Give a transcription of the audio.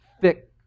thick